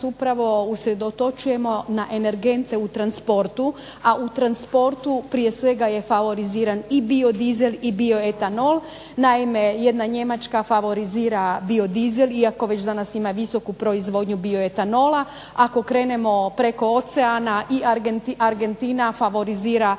upravo usredotočujemo na energente u transportu, a u transportu prije svega je favoriziran i biodizel i bioetanol. Naime, jedna Njemačka favorizira biodizel iako već danas ima visoku proizvodnju bioetanola. Ako krenemo preko oceana i Argentina favorizira normalno